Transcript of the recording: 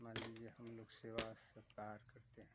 मान लीजिए हम लोग सेवा सत्कार करते हैं